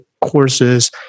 courses